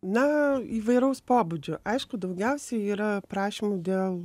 na įvairaus pobūdžio aišku daugiausiai yra prašymų dėl